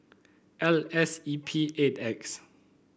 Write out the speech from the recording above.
L S E P eight X